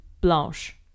blanche